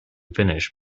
finish